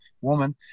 woman